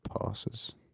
passes